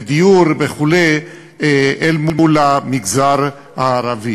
בדיור וכו' אל מול המגזר הערבי.